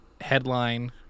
headline